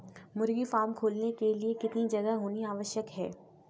मुर्गी फार्म खोलने के लिए कितनी जगह होनी आवश्यक है?